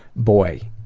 boy,